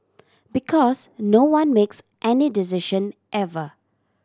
because no one makes any decision ever